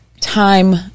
time